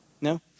No